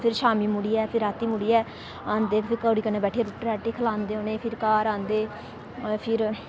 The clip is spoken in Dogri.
फिर शामी मुड़ियै राती मुड़ियै आंदे फिर किट्ठे बैठी रुट्टी खलांदे उनेंगी फिर घर आंदे फिर